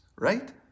Right